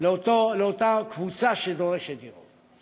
לאותה קבוצה שדורשת דירות.